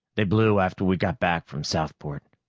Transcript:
they blew after we got back from southport.